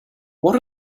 what